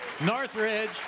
Northridge